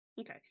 Okay